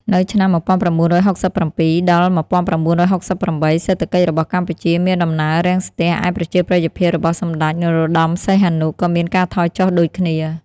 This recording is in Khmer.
នៅឆ្នាំ១៩៦៧ ដល់ ១៩៦៨ សេដ្ឋកិច្ចរបស់កម្ពុជាមានដំណើររាំងស្ទះ ឯប្រជាប្រិយភាពរបស់សម្តេច នរោត្តមសីហនុ ក៏មានការថយចុះដូចគ្នា។